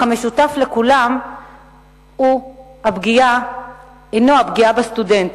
אך המשותף לכולן הוא הפגיעה בסטודנט.